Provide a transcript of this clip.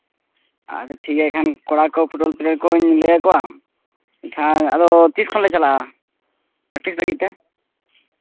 ᱟᱫᱚ ᱴᱷᱤᱠ ᱜᱮᱭᱟ ᱦᱟᱸᱜ ᱠᱚᱲᱟ ᱠᱚ ᱯᱷᱩᱴᱵᱚᱞ ᱯᱞᱮᱭᱟᱨ ᱠᱚᱧ ᱞᱟᱹᱭ ᱟᱠᱚᱣᱟ ᱮᱱᱠᱷᱟᱱ ᱟᱫᱚ ᱛᱤᱥ ᱠᱷᱚᱱ ᱞᱮ ᱪᱟᱞᱟᱜᱼᱟ ᱯᱨᱮᱠᱴᱤᱥ ᱞᱟᱹᱜᱤᱫ ᱛᱮ